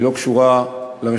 היא לא קשורה למשקף.